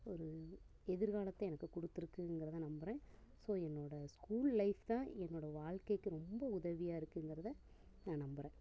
ஒரு எதிர்காலத்தை எனக்கு கொடுத்துருக்குங்கிறத நம்புறேன் ஸோ என்னோடய ஸ்கூல் லைஃப் தான் என்னோடய வாழ்க்கைக்கு ரொம்ப உதவியாக இருக்குங்கிறதை நான் நம்புறேன்